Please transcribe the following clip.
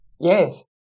Yes